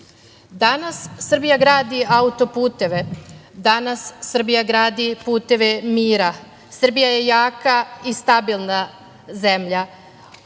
Srbija gradi autoputeve. Danas, Srbija gradi puteve mira. Srbija je jaka i stabilna zemlja,